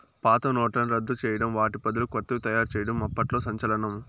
పాత నోట్లను రద్దు చేయడం వాటి బదులు కొత్తవి తయారు చేయడం అప్పట్లో సంచలనం